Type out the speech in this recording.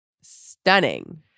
stunning